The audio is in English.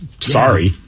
sorry